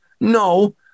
No